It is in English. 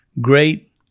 great